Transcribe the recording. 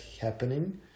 happening